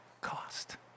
cost